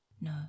no